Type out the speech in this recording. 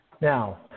Now